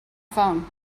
phone